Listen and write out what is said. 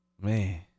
Man